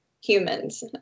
humans